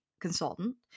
consultant